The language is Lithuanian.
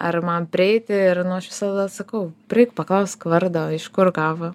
ar man prieiti ir nu aš visada sakau prieik paklausk vardo iš kur gavo